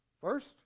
First